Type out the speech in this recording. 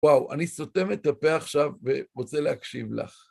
וואו, אני סותם את הפה עכשיו ורוצה להקשיב לך.